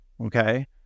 Okay